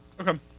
Okay